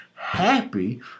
Happy